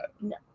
No